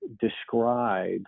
describe